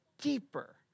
deeper